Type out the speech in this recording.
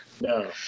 no